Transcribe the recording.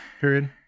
period